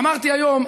אמרתי היום,